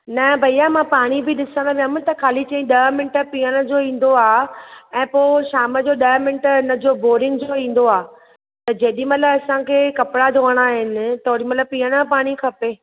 न भैया मां पाणी बि ॾिसण वयमि त खाली चईं ॾह मिंट पीअणु जो ईंदो आहे ऐं पोइ शाम जो ॾह मिंट हिन जो बोरिंग जो ईंदो आहे त जेॾी महिल असांखे कपड़ा धोइणा आहिनि त ओॾी महिल पीअणु जो पाणी खपे